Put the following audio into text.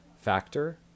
factor